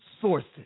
sources